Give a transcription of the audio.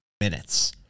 minutes